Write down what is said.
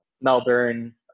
Melbourne